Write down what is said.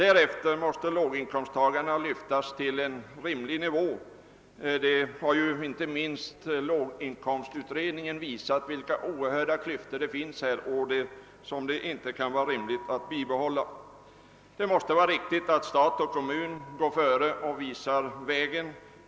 Därefter måste låginkomsttagarnas löner lyftas till en rimlig nivå — låginkomstutredningen har visat vilka oerhörda klyftor som finns. Stat och kommuner måste gå före och visa vägen.